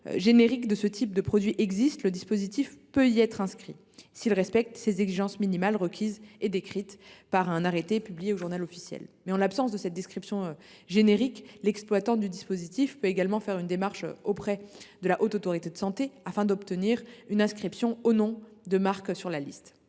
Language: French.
générique de ce type de produit existe, le dispositif peut y être inscrit s’il respecte les exigences minimales requises décrites par un arrêté publié au. En l’absence de description générique, l’exploitant du dispositif peut également faire une démarche auprès de la Haute Autorité de santé, afin d’obtenir une inscription en nom de marque sur la liste.